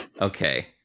okay